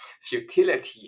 futility